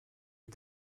and